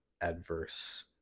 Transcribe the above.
adverse